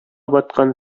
баткан